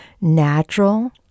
natural